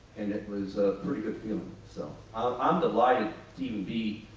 and it was a pretty good feeling, so i'm delighted to even be.